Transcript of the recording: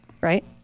right